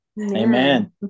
Amen